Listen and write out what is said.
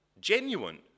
genuine